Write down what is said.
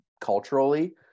culturally